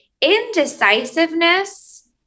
indecisiveness